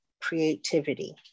creativity